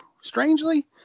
Strangely